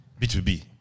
B2B